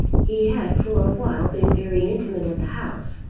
he had for awhile been very intimate at the house,